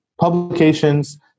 publications